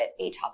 atopic